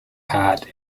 hart